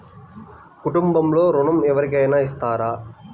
కుటుంబంలో ఋణం ఎవరికైనా ఇస్తారా?